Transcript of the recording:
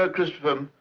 ah christopher, um